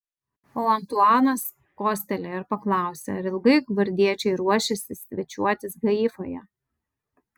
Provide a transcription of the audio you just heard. o antuanas kostelėjo ir paklausė ar ilgai gvardiečiai ruošiasi svečiuotis haifoje